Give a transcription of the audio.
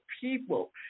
people